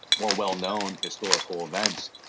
more well-known historical events.